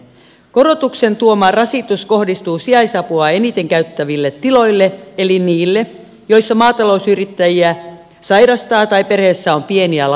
korotuksen tuoma rasitus kohdistuu sijaisapua eniten käyttäville tiloille eli niille joilla maatalousyrittäjät sairastavat tai perheessä on pieniä lapsia